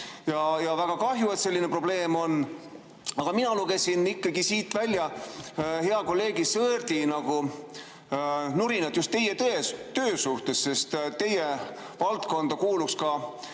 Ja väga kahju, et selline probleem on. Aga mina lugesin siit välja hea kolleegi Sõerdi nurinat just teie töö üle, sest teie valdkonda kuuluks ka